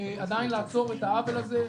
כדי לעצור את העוול הזה,